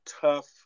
tough